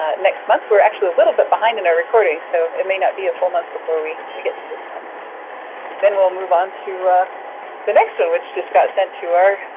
next month. we're actually a little bit behind in our recording, so it may not be a full month before we, we get to this one, and then we'll move on to the next one which just got sent to our,